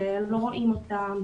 שלא רואים אותם,